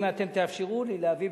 אם אתם תאפשרו לי להביא,